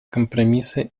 компромисса